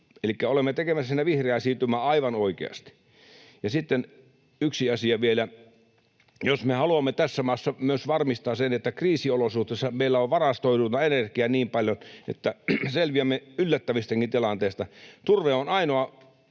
olemme tekemässä siinä vihreää siirtymää aivan oikeasti. Ja sitten yksi asia vielä: Jos me haluamme tässä maassa myös varmistaa sen, että kriisiolosuhteissa meillä on varastoituna energiaa niin paljon, että selviämme yllättävistäkin tilanteista, turve on ainoa